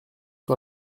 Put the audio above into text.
sur